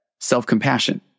self-compassion